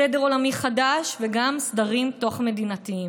סדר עולמי חדש וגם סדרים תוך-מדינתיים.